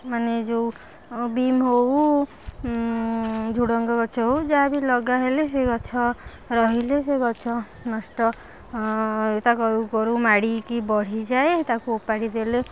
ମାନେ ଯେଉଁ ବିମ୍ ହଉ ଝୁଡ଼ଙ୍ଗ ଗଛ ହଉ ଯାହା ବି ଲଗା ହେଲେ ସେଇ ଗଛ ରହିଲେ ସେଇ ଗଛ ନଷ୍ଟ ତା କରକୁ କରକୁ ମାଡ଼ିକି ବଢ଼ି ଯାଏ ତାକୁ ଉପାଡ଼ି ଦେଲେ